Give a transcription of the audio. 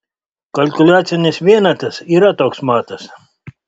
kalkuliacinis vienetas yra toks matas